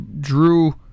Drew